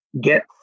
get